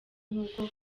nk’uko